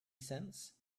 cents